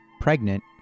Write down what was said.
pregnant